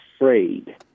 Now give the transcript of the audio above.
afraid